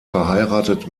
verheiratet